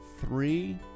three